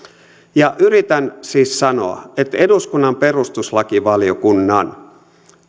yritän siis sanoa että eduskunnan perustuslakivaliokunnan